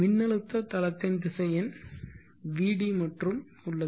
மின்னழுத்த தளத்தின் திசையன் v d மட்டுமே உள்ளது